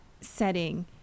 setting